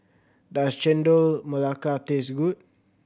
does Chendol Melaka taste good